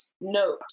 note